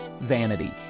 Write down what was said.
vanity